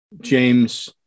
James